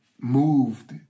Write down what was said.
moved